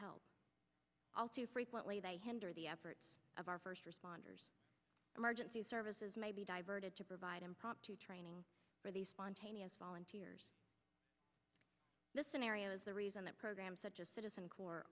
help all too frequently they hinder the efforts of our first responders emergency services may be diverted to provide impromptu training for these spontaneous volunteers scenarios the reason that programs such as citizen cor